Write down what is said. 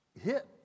hit